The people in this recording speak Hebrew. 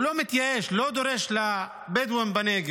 הוא לא מתייאש, הוא לא דורש בשביל הבדואים בנגב.